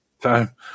time